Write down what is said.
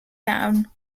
town